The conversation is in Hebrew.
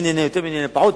מי נהנה יותר ומי פחות,